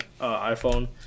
iPhone